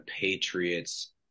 Patriots